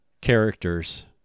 characters